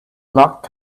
luck